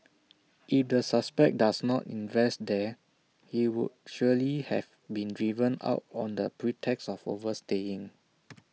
if the suspect does not invest there he would surely have been driven out on the pretext of overstaying